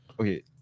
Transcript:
Okay